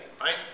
right